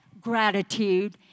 gratitude